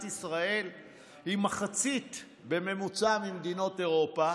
ישראל היא מחצית בממוצע מבמדינות אירופה,